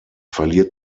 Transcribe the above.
verliert